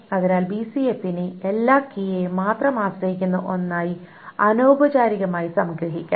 അതിനാൽ BCNF നെ എല്ലാം കീയെ മാത്രം ആശ്രയിക്കുന്ന ഒന്നായി അനൌപചാരികമായി സംഗ്രഹിക്കാം